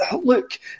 look